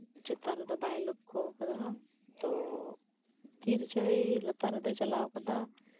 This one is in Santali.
ᱟᱨ ᱪᱮᱛᱟᱱ ᱨᱮᱫᱚ ᱵᱟᱭ ᱞᱳᱠᱠᱷᱚ ᱟᱠᱟᱫᱟ ᱛᱳ ᱛᱤ ᱨᱮᱪᱚᱭ ᱞᱟᱛᱟᱨ ᱨᱮᱫᱚᱭ ᱪᱟᱞᱟᱣ ᱟᱠᱟᱫᱟ